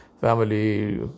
family